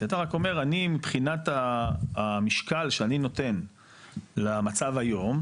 כי אתה רק אומר אני מבחינת המשקל שאני נותן למצב היום,